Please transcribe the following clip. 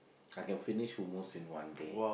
I can finish who moves in one day